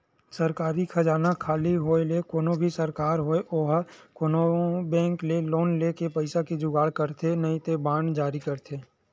सरकारी खजाना खाली होय ले कोनो भी सरकार होय ओहा कोनो बेंक ले लोन लेके पइसा के जुगाड़ करथे नइते बांड जारी करथे